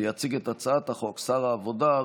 ויציג את הצעת החוק שר העבודה,